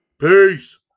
peace